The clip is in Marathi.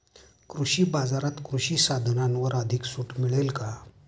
कृषी बाजारात कृषी साधनांवर अधिक सूट मिळेल का?